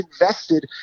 invested